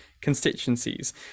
constituencies